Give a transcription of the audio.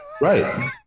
Right